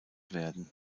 werden